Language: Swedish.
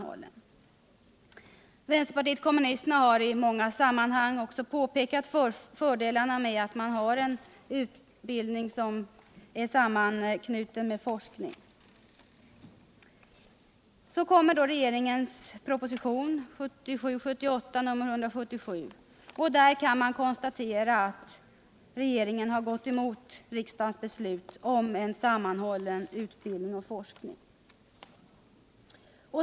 Vänsterpartiet kommunisterna har också i många sammanhang påpekat fördelarna med en utbildning som är sammanknuten med forskning. Så kom då regeringens proposition 1977/78:177. Där kan man konstatera att regeringen gått emot riksdagens beslut om sammanhållen utbildning och forskning.